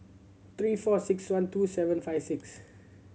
three four six one two seven five six